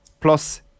Plus